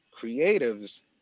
creatives